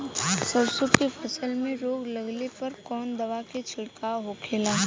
सरसों की फसल में रोग लगने पर कौन दवा के छिड़काव होखेला?